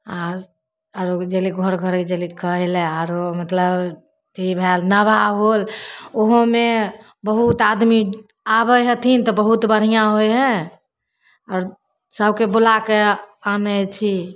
आओर आओर गेली घर घरे गेली कहैलए आओर मतलब अथी भेल नबाह होल ओहोमे बहुत आदमी आबै हथिन तऽ बहुत बढ़िआँ होइ हइ आओर सभके बुलाके आनै छी